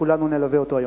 כולנו נלווה אותו היום.